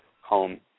home